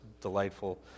delightful